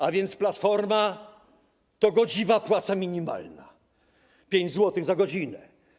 A więc Platforma to godziwa płaca minimalna, 5 zł za godzinę.